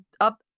up